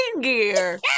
gear